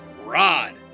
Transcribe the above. Rod